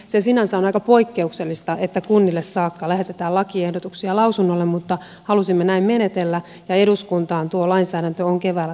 se sinänsä on aika poikkeuksellista että kunnille saakka lähetetään lakiehdotuksia lausunnolle mutta halusimme näin menetellä ja eduskuntaan tuo lainsäädäntö on keväällä tulossa käsiteltäväksi